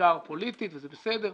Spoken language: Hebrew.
בעיקר פוליטית וזה בסדר.